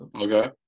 Okay